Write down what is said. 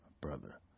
brother